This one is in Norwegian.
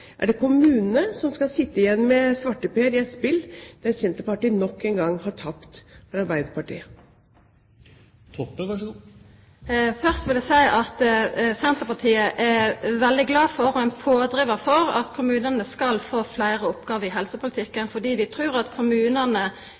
Er det kommunene som skal sitte igjen med svarteper i et spill der Senterpartiet nok en gang har tapt for Arbeiderpartiet? Først vil eg seia at Senterpartiet er veldig glad for og ein pådrivar for at kommunane skal få fleire oppgåver i helsepolitikken, fordi vi trur at